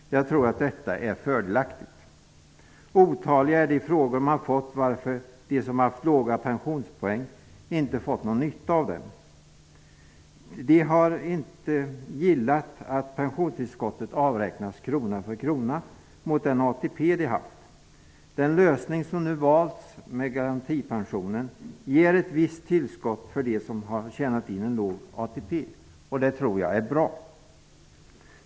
Jag tror att detta är fördelaktigt. Otaliga är de frågor man har fått om varför de som haft låga pensionspoäng inte fått någon nytta av dem. De har inte gillat att pensionstillskottet avräknas krona för krona mot den ATP de haft. Den lösning som nu valts med garantipensionen ger ett visst tillskott för dem som har tjänat in en låg ATP. Det är bra.